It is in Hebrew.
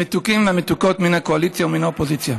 חבריי חברי הכנסת המתוקים והמתוקות מן הקואליציה ומן האופוזיציה,